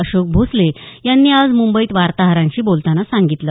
अशोक भोसले यांनी आज मुंबईत वार्ताहरांशी बोलतांना सांगितलं